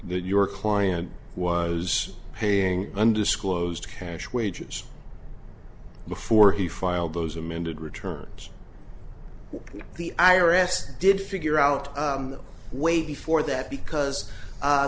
that your client was paying undisclosed cash wages before he filed those amended returns the i r s did figure out a way before that because